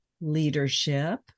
leadership